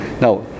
Now